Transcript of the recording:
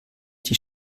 die